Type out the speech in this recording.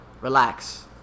Relax